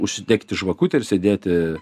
užsidegti žvakutę ir sėdėti